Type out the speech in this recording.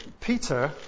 Peter